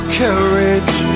courage